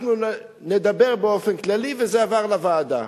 אנחנו נדבר באופן כללי, וזה עבר לוועדה.